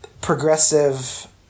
progressive